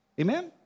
Amen